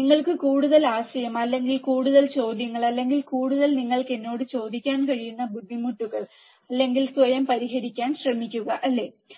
നിങ്ങൾക്ക് കൂടുതൽ ആശയം അല്ലെങ്കിൽ കൂടുതൽ ചോദ്യങ്ങൾ അല്ലെങ്കിൽ കൂടുതൽ നിങ്ങൾക്ക് എന്നോട് ചോദിക്കാൻ കഴിയുന്ന ബുദ്ധിമുട്ടുകൾ അല്ലെങ്കിൽ സ്വയം പരിഹരിക്കാൻ ശ്രമിക്കുക അല്ലേ